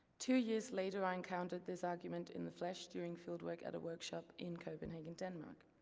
two years later i encountered this argument in the flesh during fieldwork at a workshop in copenhagen, denmark.